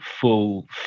full